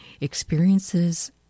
experiences